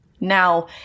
Now